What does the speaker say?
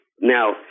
Now